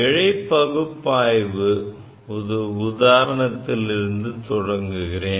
பிழை பகுப்பாய்வு ஒரு உதாரணத்திலிருந்து தொடங்குகிறேன்